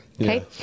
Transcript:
okay